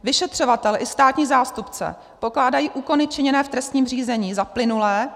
Vyšetřovatel i státní zástupce pokládají úkony činěné v trestním řízení za plynulé.